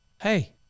hey